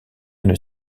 une